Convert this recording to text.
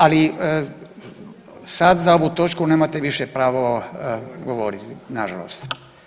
Ali sad za ovu točku nemate više pravo govoriti nažalost.